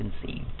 conceived